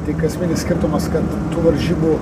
tik esminis skirtumas kad tų varžybų